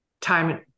time